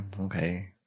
okay